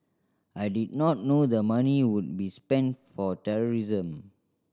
I did not know the money would be spent for terrorism